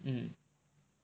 mm